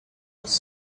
was